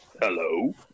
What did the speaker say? Hello